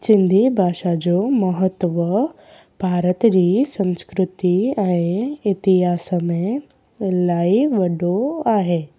सिंधी भाषा जो महत्व भारत जी संस्कृति ऐं इतिहास में इलाही वॾो आहे